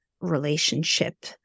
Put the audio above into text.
relationship